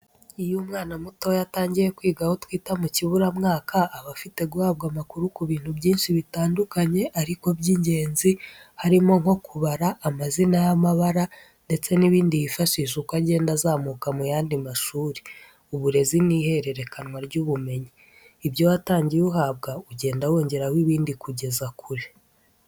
Iyo umwana mutoya atangiye kwiga aho twita mu kiburamwaka, aba afite guhabwa amakuru ku bintu byinshi bitandukanye ariko by’ingenzi, harimo nko kubara, amazina y’amabara ndetse n’ibindi yifashisha uko agenda azamuka mu yandi mashuri, uburezi ni ihererekanwa ry'ubumenyi. Ibyo watangiye uhabwa ugenda wongeraho ibindi kugeza kure.